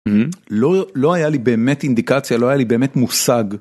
לא לא היה לי באמת אינדיקציה לא היה לי באמת מושג.